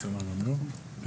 בסדר גמור.